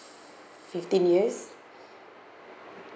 fifteen years